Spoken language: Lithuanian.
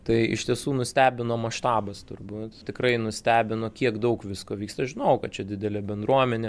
tai iš tiesų nustebino maštabas turbūt tikrai nustebino kiek daug visko vyksta žinojau kad čia didelė bendruomenė